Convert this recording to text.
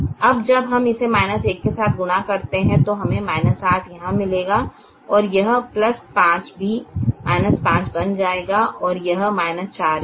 अब जब हम इसे 1 के साथ गुणा करते हैं तो हमें 8 यहाँ मिलेगा और यह 5 भी 5बन जाएगा और यह - 4 भी है